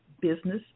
business